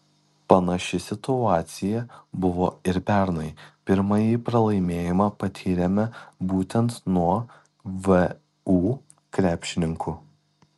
panaši situacija buvo ir pernai pirmąjį pralaimėjimą patyrėme būtent nuo vu krepšininkų